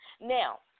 Now